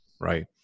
Right